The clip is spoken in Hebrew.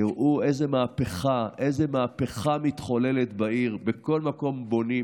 תראו איזו מהפכה מתחוללת בעיר: בכל מקום בונים,